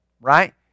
right